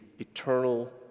Eternal